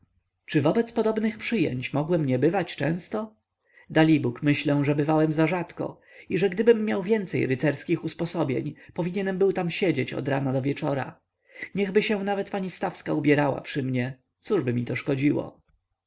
czy wobec podobnych przyjęć mogłem nie bywać często dalibóg myślę że bywałem za rzadko i że gdybym miał więcej rycerskich usposobień powinienem był tam siedzieć od rana do wieczora niechby się nawet pani stawska ubierała przy mnie cóżby mi to szkodziło